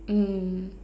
mm